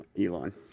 Elon